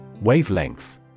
Wavelength